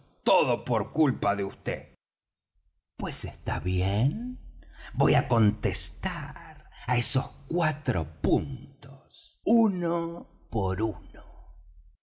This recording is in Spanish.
todo por culpa de vd pues está bien voy á contestar á esos cuatro puntos uno por uno